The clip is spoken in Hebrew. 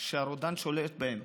שהרודן שולט בהן,